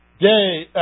day